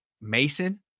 Mason